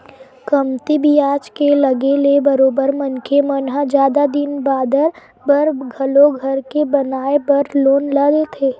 कमती बियाज के लगे ले बरोबर मनखे मन ह जादा दिन बादर बर घलो घर के बनाए बर लोन ल लेथे